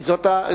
כי זה הזמן.